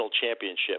championship